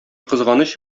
кызганыч